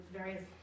various